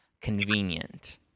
convenient